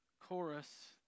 chorus